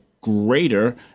greater